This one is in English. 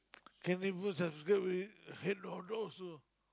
can neighbour subscribe already hand or not so